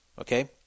okay